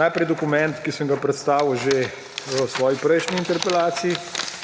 Najprej dokument, ki sem ga predstavil že v svoji prejšnji interpelaciji,